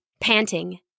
panting